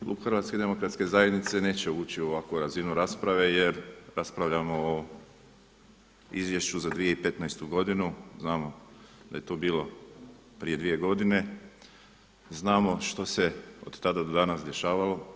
Klub HDZ-a neće ući u ovakvu razinu rasprave jer raspravljamo o izvješću za 2015. godinu, znamo da je to bilo prije 2 godine, znamo što se od tada do danas dešavalo.